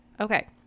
okay